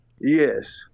Yes